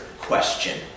question